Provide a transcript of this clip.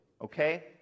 okay